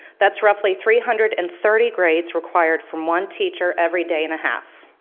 that's roughly three hundred and thirty grades required from one teacher every day and a half.